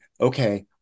okay